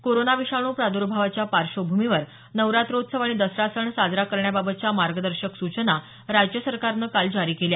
corona विषाणू प्रादुर्भावाच्या पार्श्वभूमीवर नवरात्रोत्सव आणि दसरा सण साजरा करण्याबाबतच्या मार्गदर्शक सुचना राज्य सरकारनं काल जारी केल्या